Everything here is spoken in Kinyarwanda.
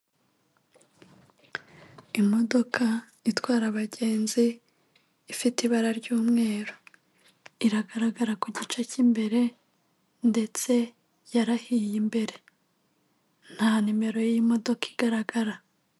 Imodoka itwara abagenzi, ifite ibara ry'umweru. Iragaragara ku gice cy'imbere, ndetse yarahiye imbere. Nta nimero y'imodoka igaragara.